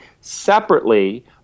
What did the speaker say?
separately